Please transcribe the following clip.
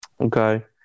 Okay